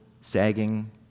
sagging